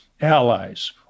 allies